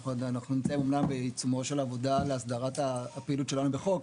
אנחנו נמצאים אמנם בעיצומה של עבודה להסדרת הפעילות שלנו בחוק.